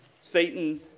Satan